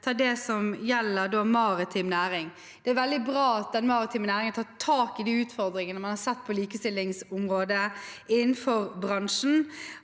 ta det som gjelder maritim næring. Det er veldig bra at den maritime næringen tar tak i de utfordringene man har sett på likestillingsområdet innenfor bransjen.